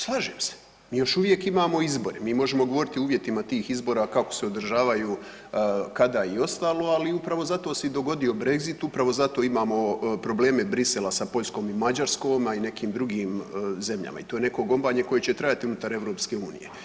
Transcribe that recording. Slažem se, mi još uvijek imamo izbora, mi možemo govoriti o uvjetima tih izbora kako se održavaju, kada i ostalo, ali upravo i zato se dogodio Brexit, upravo zato imamo probleme Bruxellesa sa Poljskom i Mađarskom, a i nekim drugim zemljama i to je neko gombanje koje će trajati unutar EU.